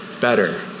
better